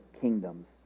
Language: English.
kingdoms